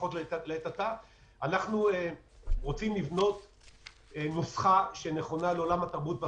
אנחנו רוצים לבנות נוסחה שנכונה לעולם התרבות.